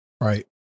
Right